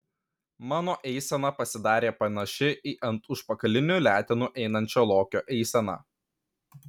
mano eisena pasidarė panaši į ant užpakalinių letenų einančio lokio eiseną